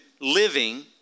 living